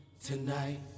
Tonight